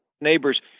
neighbors